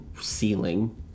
ceiling